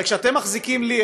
הרי כשאתם מחזיקים לי,